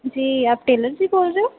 जी आप टेलर जी बोल रहे ओ